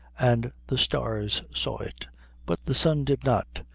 and the stars saw it but the sun did not,